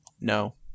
No